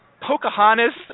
Pocahontas